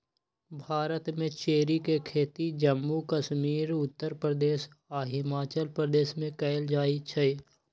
भारत में चेरी के खेती जम्मू कश्मीर उत्तर प्रदेश आ हिमाचल प्रदेश में कएल जाई छई